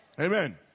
amen